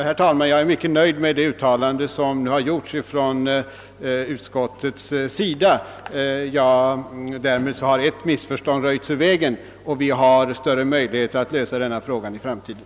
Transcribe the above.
Herr talman! Jag är mycket nöjd med det uttalande som nu har gjorts från utskottets sida. Därmed har ett missförstånd röjts ur vägen, och vi har större möjligheter att lösa denna fråga i framtiden.